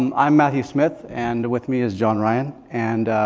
um i am matthew smith, and with me is john ryan. and